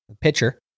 pitcher